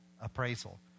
appraisal